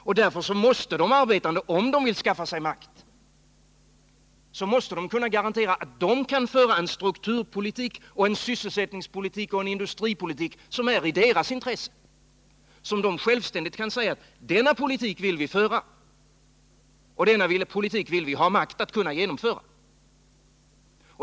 Och därför måste de arbetande, om de vill skaffa sig makt, kunna garantera att de kan föra en strukturpolitik, en sysselsättningspolitik och en industripolitik som är i deras intresse. De måste självständigt kunna säga: Denna politik vill vi föra och denna politik vill vi ha makt att kunna genomföra.